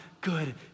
good